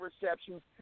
receptions